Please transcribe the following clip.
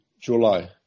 July